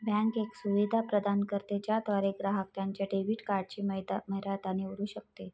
bank एक सुविधा प्रदान करते ज्याद्वारे ग्राहक त्याच्या डेबिट कार्डची मर्यादा निवडू शकतो